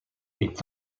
est